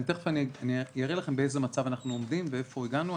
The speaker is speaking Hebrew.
תכף אראה לכם באיזה מצב אנחנו עומדים ולאן הגענו.